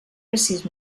precís